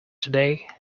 today